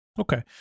Okay